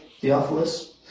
Theophilus